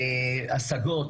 השגות